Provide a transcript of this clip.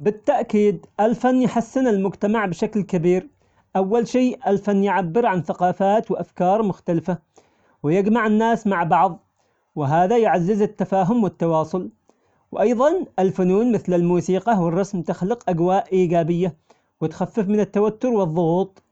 بالتأكيد الفن يحسن المجتمع بشكل كبير، أول شيء الفن يعبر عن ثقافات وأفكار مختلفة، ويجمع الناس مع بعض، وهذا يعزز التفاهم والتواصل، وأيظا الفنون مثل الموسيقى والرسم تخلق أجواء إيجابية، وتخفف من التوتر والظغوط،